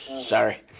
sorry